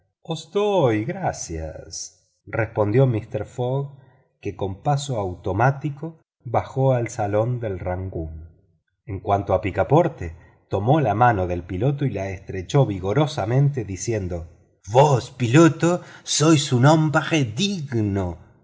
las gracias respondió mister fogg que con paso automático bajó al salón del rangoon en cuanto a picaporte tomó la mano del piloto y la estrechó vigorosamente diciendo vos piloto sois un hombre digno